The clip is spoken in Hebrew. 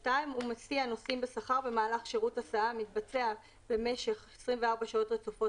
(2) הוא מסיע נוסעים בשכר במהלך שירות הסעה המתבצע במשך 24 שעות רצופות